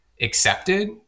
accepted